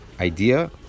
idea